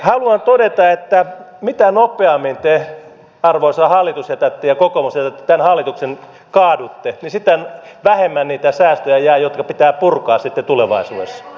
haluan todeta että mitä nopeammin te arvoisa hallitus ja kokoomus jätätte tämän hallituksen kaadutte niin sitä vähemmän niitä säästöjä jää jotka pitää purkaa sitten tulevaisuudessa